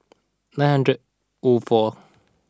nine hundred O four